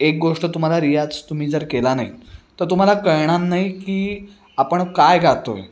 एक गोष्ट तुम्हाला रियाज तुम्ही जर केला नाही तर तुम्हाला कळणार नाही की आपण काय गातो आहे